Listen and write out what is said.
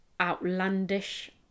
outlandish